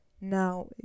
Now